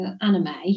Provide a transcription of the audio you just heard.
anime